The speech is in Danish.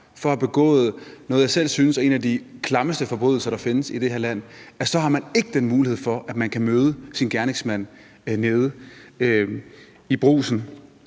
for at have begået noget, jeg selv synes er en af de klammeste forbrydelser, der findes i det her land, er der ikke den mulighed for, at offeret kan møde sin gerningsmand nede i brugsen,